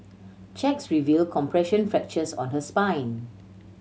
checks revealed compression fractures on her spine